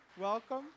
welcome